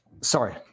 Sorry